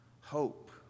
hope